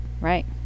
Right